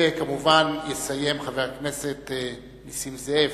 וכמובן יסיים חבר הכנסת נסים זאב.